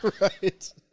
Right